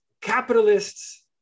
capitalists